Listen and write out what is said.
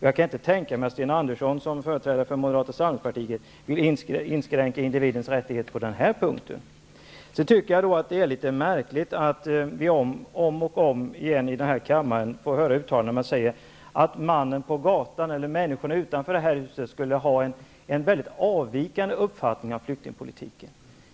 Jag kan inte tänka mig att Sten Andersson, som företrädare för Moderata samlingspartiet, vill inskränka individens rättigheter på den här punkten. Jag tycker det är märkligt att vi i denna kammare om och om igen får höra att mannen på gatan eller människorna utanför det här huset skulle ha en väldigt avvikande uppfattning om flyktingpolitiken.